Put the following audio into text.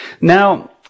Now